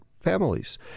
families